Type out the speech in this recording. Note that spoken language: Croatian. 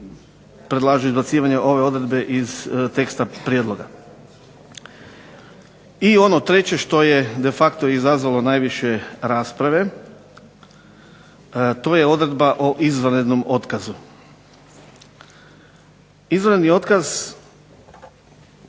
predlažu izbacivanje ove odredbe iz teksta prijedloga. I ono treće što je de facto izazvalo najviše rasprave. To je odredba o izvanrednom otkazu. Izvanredni otkaz